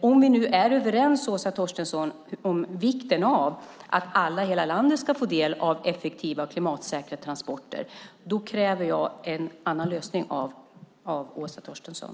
Om vi är överens, Åsa Torstensson, om vikten av att alla i hela landet ska få del av effektiva och klimatsäkra transporter kräver jag en annan lösning av Åsa Torstensson.